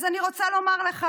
אז אני רוצה לומר לך